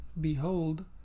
behold